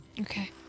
Okay